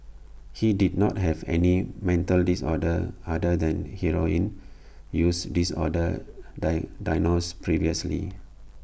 he did not have any mental disorder other than heroin use disorder dye diagnosed previously